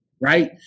right